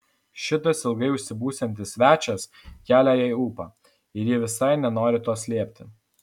šitas ilgai užsibūsiantis svečias kelia jai ūpą ir ji visai nenori to slėpti